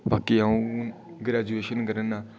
बाकी अ'ऊं ग्रैजुएशन करै करनां